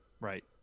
Right